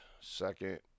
second